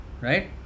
right